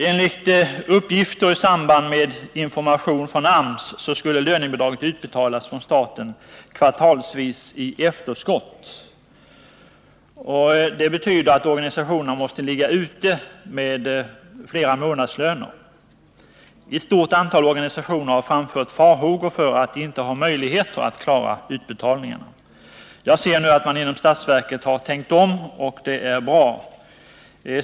Enligt uppgifter i samband med information från AMS skulle lönebidraget utbetalas från staten kvartalsvis i efterskott. Det betyder att organisationerna måste ligga ute med flera månadslöner. Ett stort antal organisationer har framfört farhågor för att de inte har möjligheter att klara utbetalningarna. Jagser nu att man inom statsverket har tänkt om, och det är bra att man gjort det.